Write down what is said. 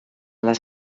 les